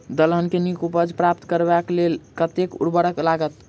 दलहन केँ नीक उपज प्राप्त करबाक लेल कतेक उर्वरक लागत?